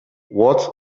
what